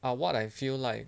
ah what I feel like